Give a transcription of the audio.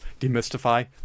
demystify